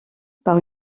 par